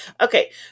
Okay